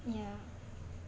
ya